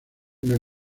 una